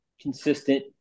consistent